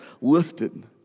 lifted